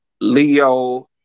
Leo